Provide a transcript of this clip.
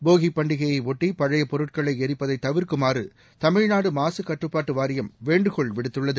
போகிப் பண்டிகையை ஒட்டி பழைய பொருட்களை எரிப்பதை தவிர்க்குமாறு தமிழ்நாடு மாசுக்கட்டுப்பாட்டு வாரியம் வேண்டுகோள் விடுத்துள்ளது